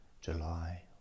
July